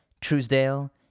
Truesdale